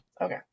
Okay